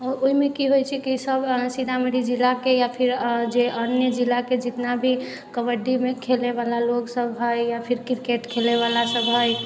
अऽ ओइमे कि होइ छै कि सभ सीतामढ़ी जिलाके या फिर अन्य जे जिलाके जितना भी कबड्डीमे खेलैवला लोग सभ हय या फिर क्रिकेट खेलैवला सभ हय